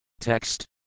Text